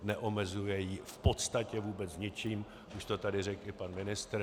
Neomezuje ji v podstatě vůbec ničím, už to tady řekl i pan ministr.